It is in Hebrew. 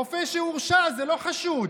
רופא שהורשע זה לא חשוד.